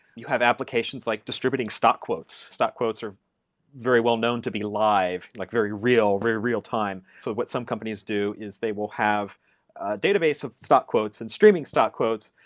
you have applications like distributing stock quotes. stock quotes are very well known to be alive, like very real, very real-time. what some companies do is they will have a database of stock quotes and streaming stock quotes,